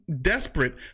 desperate